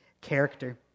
character